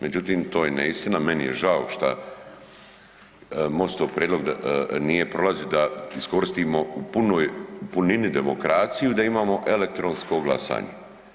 Međutim, to je neistina, meni je žao šta MOST-ov prijedlog nije prolazio da iskoristimo u punoj punini demokraciju da imamo elektronsko glasanje.